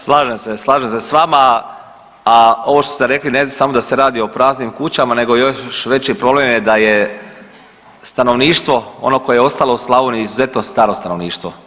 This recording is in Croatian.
Slažem se, slažem se s vama, a ovo što ste rekli ne samo da se radi o praznim kućama nego još veći problem je da je stanovništvo ono koje je ostalo u Slavoniji izuzetno staro stanovništvo.